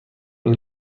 این